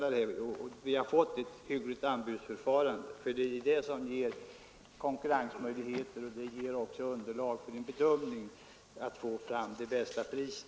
Vi hade då kunnat få ett hyggligt anbudsförfarande. Ett sådant ger konkurrensmöjligheter och därmed möjligheter att få fram det bästa priset.